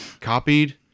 copied